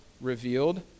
revealed